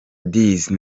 dizzy